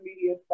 media